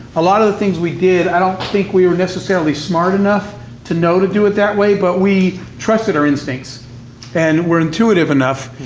a lot of the things we did, i don't think we were necessarily smart enough to know to do it that way, but we trusted our instincts and were intuitive enough,